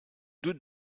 doute